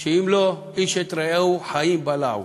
שאם לא, "איש את רעהו חיים בלעו".